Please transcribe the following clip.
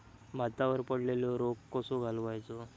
भातावर पडलेलो रोग कसो घालवायचो?